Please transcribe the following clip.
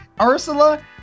Ursula